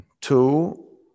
two